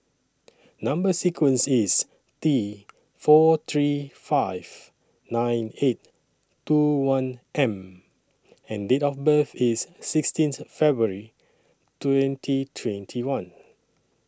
Number sequence IS T four three five nine eight two one M and Date of birth IS sixteenth February twenty twenty one